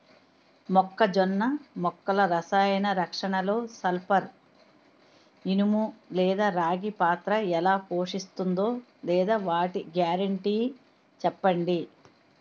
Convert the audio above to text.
మొక్కజొన్న మొక్కల రసాయన రక్షణలో సల్పర్, ఇనుము లేదా రాగి పాత్ర ఎలా పోషిస్తుందో లేదా వాటి గ్యారంటీ చెప్పండి